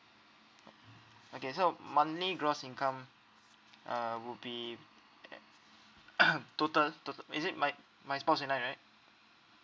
okay so monthly gross income uh would be eh total to~ is it my my spouse and I right